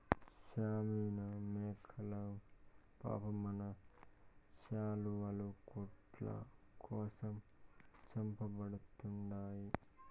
షాస్మినా మేకలు పాపం మన శాలువాలు, కోట్ల కోసం చంపబడతండాయి